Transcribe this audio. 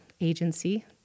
Agency